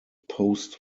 post